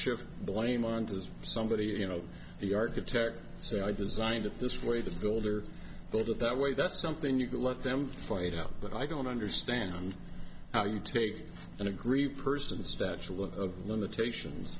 the blame on to somebody you know the architect so i designed it this way the builder but that way that's something you could let them fight it out but i don't understand how you take and agree person a statute of limitations